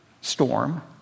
storm